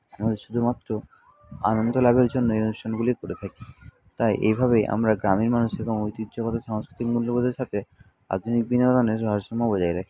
আমাদের শুধুমাত্র আনন্দ লাভের জন্য এই অনুষ্ঠানগুলি করে থাকি তাই এভাবেই আমরা গ্রামের মানুষ এবং ঐতিহ্যগত সাংস্কৃতিক মূল্যবোধের সাথে আধুনিক বিনোদনের ভারসাম্য বজায় রাখি